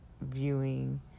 viewing